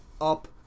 up